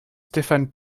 stéphane